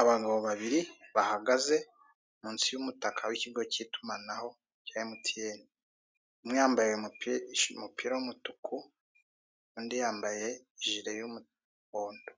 Abagabo babiri bahagaze munsi y'umutaka w'kigo cy'itumanaho cya emutiyeni. Umwe yambaye umupira w'umutuku undi yambaye jire y'umuhondo.